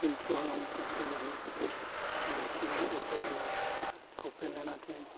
ᱯᱤᱞᱪᱩ ᱦᱟᱲᱟᱢ ᱯᱤᱞᱪᱩ ᱵᱩᱰᱦᱤ ᱩᱱᱠᱤᱱ ᱩᱯᱮᱞ ᱮᱱᱟ ᱩᱯᱮᱞ ᱮᱱᱟ ᱠᱤᱱ